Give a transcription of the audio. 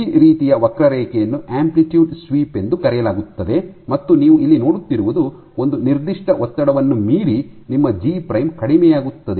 ಈ ರೀತಿಯ ವಕ್ರರೇಖೆಯನ್ನು ಆಂಪ್ಲಿಟ್ಯೂಡ್ ಸ್ವೀಪ್ ಎಂದು ಕರೆಯಲಾಗುತ್ತದೆ ಮತ್ತು ನೀವು ಇಲ್ಲಿ ನೋಡುತ್ತಿರುವುದು ಒಂದು ನಿರ್ದಿಷ್ಟ ಒತ್ತಡವನ್ನು ಮೀರಿ ನಿಮ್ಮ ಜಿ ಪ್ರೈಮ್ ಕಡಿಮೆಯಾಗುತ್ತದೆ ಎಂದು